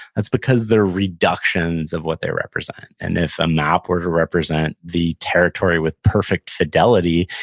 that's because they're reductions of what they represent, and if a map were to represent the territory with perfect fidelity,